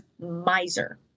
miser